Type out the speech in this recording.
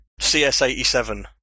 CS87